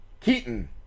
Keaton